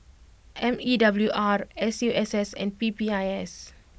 M E W R S U S S and P P I S